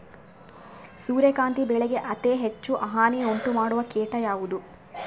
ಸೂರ್ಯಕಾಂತಿ ಬೆಳೆಗೆ ಅತೇ ಹೆಚ್ಚು ಹಾನಿ ಉಂಟು ಮಾಡುವ ಕೇಟ ಯಾವುದು?